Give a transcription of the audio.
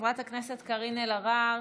חברת הכנסת קארין אלהרר,